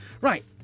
right